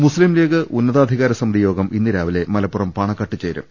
മുസ്ലീം ലീഗ് ഉന്നതാധികാര സ്മിതി യോഗം ഇന്ന് രാവിലെ മല പ്പുറം പാണക്കാട് ചേരും